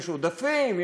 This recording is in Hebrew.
יש עודפים,